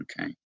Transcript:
Okay